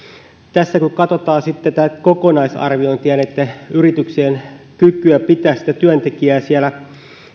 tässä kun katsotaan sitten kokonaisarviointina yrityksien kykyä pitää työntekijää siellä